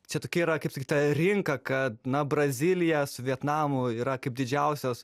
čia tokia yra kaip sakyt ta rinka kad na brazilija su vietnamu yra kaip didžiausios